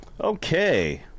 Okay